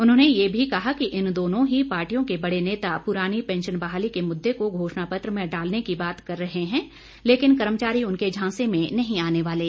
उन्होंने यह भी कहा कि इन दोनों ही पार्टियों के बड़े नेता पुरानी पैंशन बहाली के मुद्दे को घोषणा पत्र में डालने की बात कर रहे हैं लेकिन कर्मचारी उनके झांसे में नहीं आने वाले